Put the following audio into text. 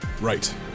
Right